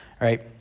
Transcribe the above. right